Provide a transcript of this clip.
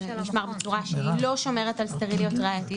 זה נשמר בצורה שלא שומרת על סטריליות ראייתית.